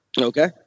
Okay